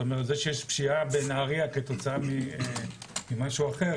זה שיש פשיעה בנהריה זה משהו אחר,